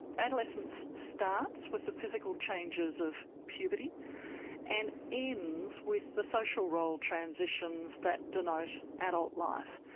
adolescence starts with the physical changes of puberty and ends with the social role transitions that denote adult life.